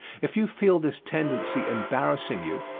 if you feel this tendency embarrassing you,